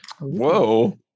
Whoa